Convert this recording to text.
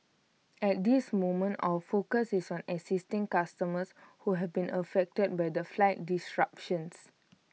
at this moment our focus is on assisting customers who have been affected by the flight disruptions